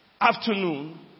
afternoon